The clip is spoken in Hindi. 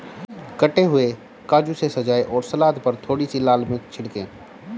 कटे हुए काजू से सजाएं और सलाद पर थोड़ी सी लाल मिर्च छिड़कें